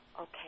Okay